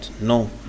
no